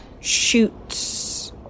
shoots